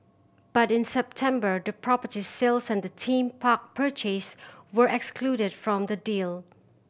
but in September the property sales and the theme park purchase were excluded from the deal